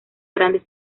grandes